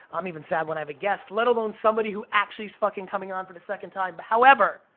i'm even sad when i have a guest, let alone somebody who actually's fucking coming on for the second time. but however,